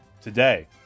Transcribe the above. today